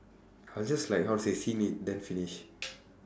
I will just like how to say it then finish